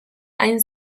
hain